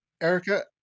Erica